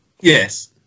Yes